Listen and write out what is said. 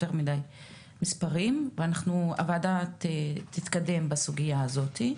והוועדה תתקדם בסוגי הזאת.